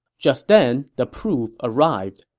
just then, the proof arrived.